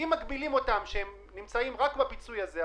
אם מגבילים אותם בכך שהם נמצאים רק בפיצוי הזה,